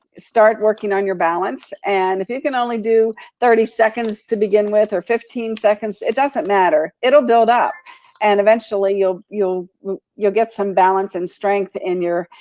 start working on your balance. and if you can only do thirty seconds to begin with or fifteen seconds, it doesn't matter, it'll build up and eventually you'll you'll get some balance and strength in your,